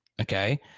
okay